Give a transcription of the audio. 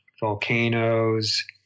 volcanoes